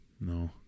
No